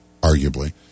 arguably